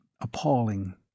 appalling